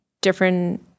different